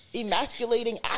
emasculating